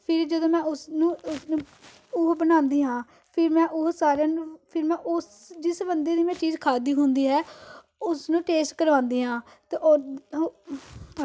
ਫਿਰ ਜਦੋਂ ਮੈਂ ਉਸਨੂੰ ਉਸਨੂੰ ਉਹ ਬਣਾਉਂਦੀ ਹਾਂ ਫਿਰ ਮੈਂ ਉਹ ਸਾਰਿਆਂ ਨੂੰ ਫਿਰ ਮੈਂ ਉਸ ਜਿਸ ਬੰਦੇ ਦੀ ਮੈਂ ਚੀਜ਼ ਖਾਧੀ ਹੁੰਦੀ ਹੈ ਉਸਨੂੰ ਟੇਸਟ ਕਰਵਾਉਂਦੀ ਆ ਅਤੇ ਓ